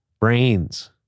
Brains